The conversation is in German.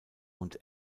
und